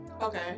Okay